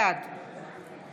בעד מירב בן ארי, אינה